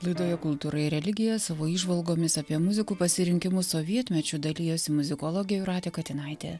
laidoje kultūra ir religija savo įžvalgomis apie muzikų pasirinkimus sovietmečiu dalijosi muzikologė jūratė katinaitė